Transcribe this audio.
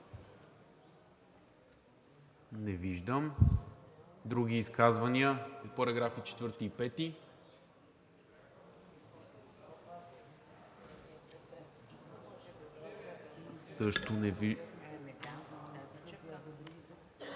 Не виждам. Други изказвания по параграфи 4 и 5? Също не виждам.